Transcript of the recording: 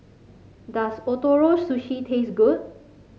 does Ootoro Sushi taste good